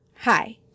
Hi